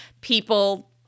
people